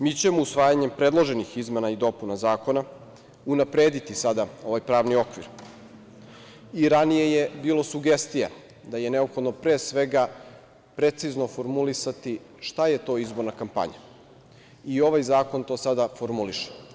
Mi ćemo usvajanjem predloženih izmena i dopuna zakona unaprediti sada ovaj pravni okvir i ranije je bilo sugestija da je neophodno pre svega precizno formulisati šta je to izborna kampanja i ovaj zakon to sada formuliše.